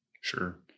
sure